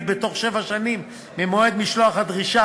בתוך שבע שנים ממועד משלוח הדרישה,